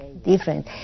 different